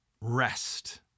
Rest